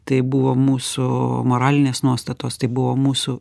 tai buvo mūsų moralinės nuostatos tai buvo mūsų